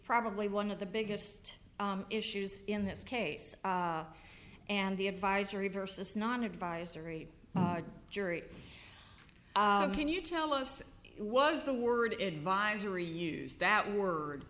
probably one of the biggest issues in this case and the advisory versus non advisory jury can you tell us it was the word advisory used that word